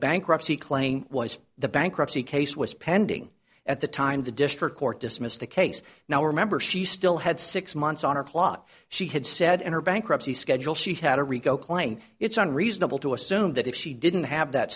bankruptcy claim was the bankruptcy case was pending at the time the district court dismissed the case now remember she still had six months on her clock she had said and her bankruptcy schedule she had a rico claim it's unreasonable to assume that if she didn't have that